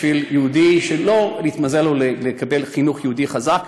בשביל יהודי שלא התמזל מזלו לקבל חינוך יהודי חזק,